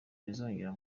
bizongera